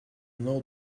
know